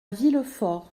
villefort